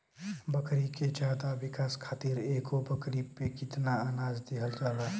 बकरी के ज्यादा विकास खातिर एगो बकरी पे कितना अनाज देहल जाला?